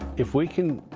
if we can